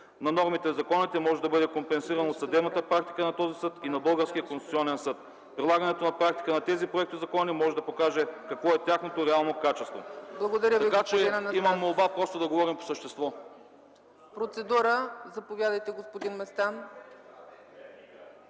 на нормите в законите може да бъде компенсирано от съдебната практика на този съд и на българския Конституционен съд. Прилагането на практика на тези проектозакони може да покаже какво е тяхното реално качество.” Имам молба: да говорим по същество.